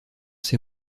ces